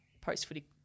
post-footy